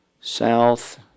South